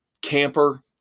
camper